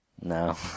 no